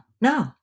no